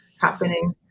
happening